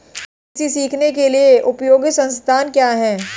ई कृषि सीखने के लिए उपयोगी संसाधन क्या हैं?